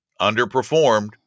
underperformed